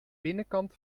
binnenkant